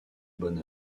bonne